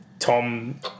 Tom